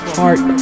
heart